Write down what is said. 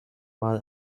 mal